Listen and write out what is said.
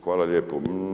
Hvala lijepo.